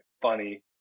funny